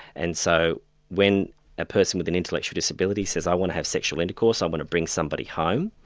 and so when a person with an intellectual disability says i want to have sexual intercourse, i want to bring somebody home',